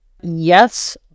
Yes